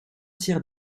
tiers